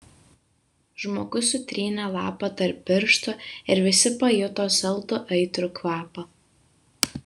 žmogus sutrynė lapą tarp pirštų ir visi pajuto saldų aitrų kvapą